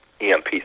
EMP